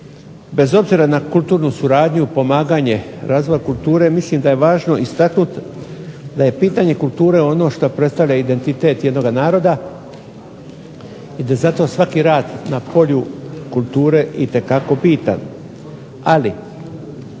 bez obzira na kulturnu suradnju, pomaganje razvoja kulture, mislim da je važno istaknuti da je pitanje kulture ono što predstavlja identitet jednog naroda, i da zato svaki rad na polju kulture itekako bitan,a li